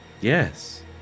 Yes